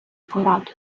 пораду